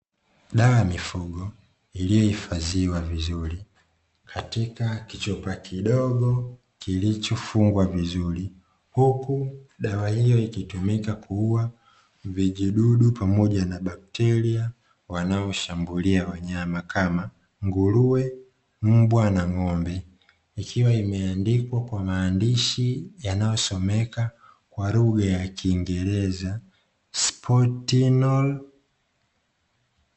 Dawa ya mifugo iliyohifadhiwa vizuri, katika kichupa kidogo kilichofungwa vizuri, huku dawa hiyo ikitumika kuua vijidudu pamoja na bakteria wanaoshambulia wanyama kama nguruwe, mbwa na ng'ombe, ikiwa imeandikwa kwa maandishi yanayosomeka kwa lugha ya kiingereza sipotino.